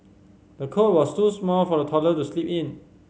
the cot was too small for the toddler to sleep in